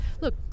Look